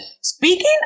Speaking